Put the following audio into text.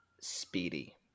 speedy